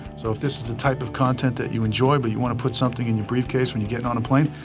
so if this the type of content that you enjoy, but you want to put something in your briefcase when you're getting on a plane,